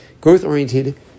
growth-oriented